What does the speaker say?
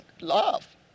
love